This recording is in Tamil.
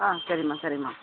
ஆ சரிம்மா சரிம்மா